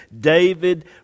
David